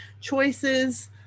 choices